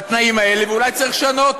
ואולי צריך לשנות.